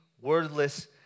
wordless